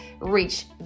reach